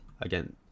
Again